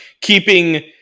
keeping